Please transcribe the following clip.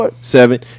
Seven